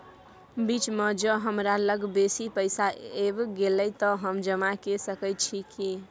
बीच म ज हमरा लग बेसी पैसा ऐब गेले त हम जमा के सके छिए की?